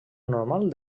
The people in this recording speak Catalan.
normal